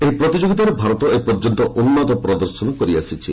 ଏହି ପ୍ରତିଯୋଗିତାରେ ଭାରତ ଏ ପର୍ଯ୍ୟନ୍ତ ଉନ୍ନତ ପ୍ରଦର୍ଶନ କରିଆସିଛି